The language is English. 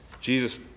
Jesus